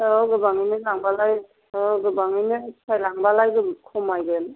औ गोबाङैनो लांबालाय औ गोबाङैनो फिथाइ लांबालाय जों खमायगोन